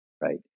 right